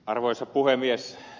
arvoisa puhemies